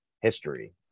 history